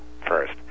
first